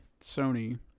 Sony